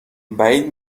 بعید